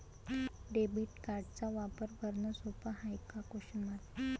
Debit कार्डचा वापर भरनं सोप हाय का?